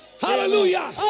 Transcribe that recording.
hallelujah